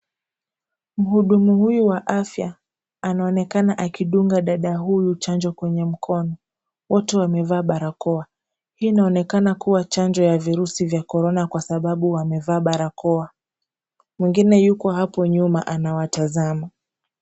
Mhudumu huyu wa afya anaonekana akidunga dada huyu chanjo kwenye mkono, wote wamevaa barakoa. Hii inaonekana kuwa chanjo ya virusi vya corona kwasababu wamevaa barakoa. Mwingine yuko hapo nyuma anawatazama.